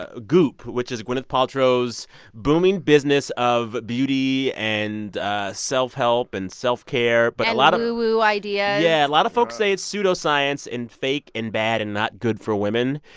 ah goop, which is gwyneth paltrow's booming business of beauty and ah self-help and self-care. but a lot. and woo-woo ideas yeah, a lot of folks say it's pseudoscience and fake and bad and not good for women.